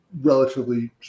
relatively